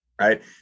right